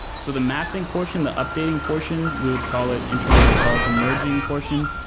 so the mapping portion, the updating portion, we would call it internally we'd call it the merging portion.